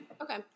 Okay